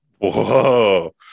Whoa